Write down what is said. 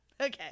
Okay